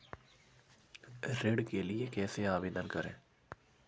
ऋण के लिए कैसे आवेदन करें?